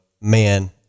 Man